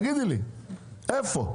איפה?